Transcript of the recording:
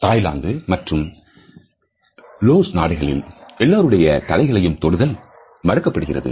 Thailand மற்றும் இந்த Laos நாடுகளில் எவருடைய தலைகளையும் தொடுதல் மறுக்கப்படுகிறது